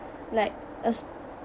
like us